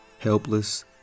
Helpless